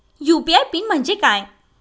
UPI PIN म्हणजे काय?